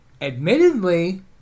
admittedly